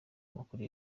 makuru